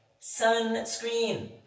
sunscreen